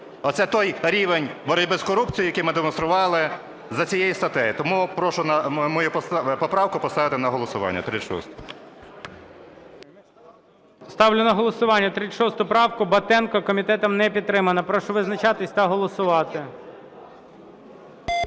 Оце той рівень боротьби з корупцією, який ми демонстрували за цією статтею. Тому прошу мою поправку поставити на голосування, 36-у. ГОЛОВУЮЧИЙ. Ставлю на голосування 36 правку Батенка. Комітетом не підтримана. Прошу визначатись та голосувати.